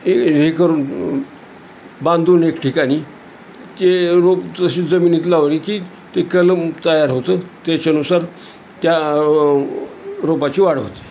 हे हे करून बांधून एक ठिकानी ते रोप तशी जमीनत लावली की ते कलम तयार होतं त्याच्यानुसार त्या रोपाची वाढ होती